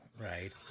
right